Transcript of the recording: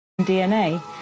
DNA